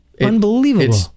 Unbelievable